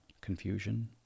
confusion